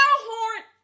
Horn